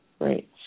Right